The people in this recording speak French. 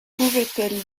pouvait